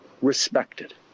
respected